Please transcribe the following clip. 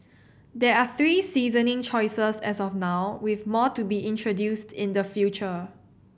there are three seasoning choices as of now with more to be introduced in the future